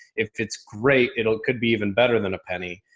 if it's great, it'll could be even better than a penny,